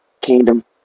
Kingdom